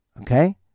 Okay